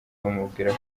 bamubwira